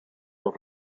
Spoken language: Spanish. los